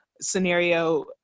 scenario